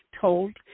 told